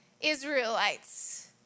Israelites